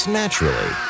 naturally